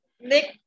Nick